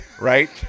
right